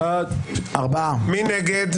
מי נגד?